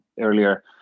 earlier